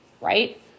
right